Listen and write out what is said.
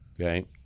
Okay